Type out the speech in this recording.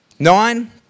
Nine